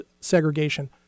segregation